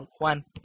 Juan